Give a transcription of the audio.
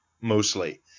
mostly